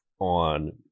on